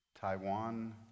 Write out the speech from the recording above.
Taiwan